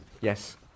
Yes